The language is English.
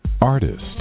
Artist